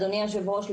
אדוני היושב ראש,